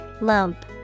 lump